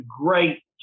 great